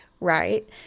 right